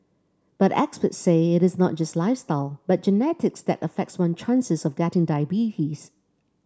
but experts say it is not just lifestyle but genetics that affects one's chances of getting diabetes